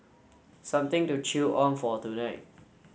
something to chew on for tonight